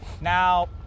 Now